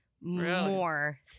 more